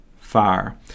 fire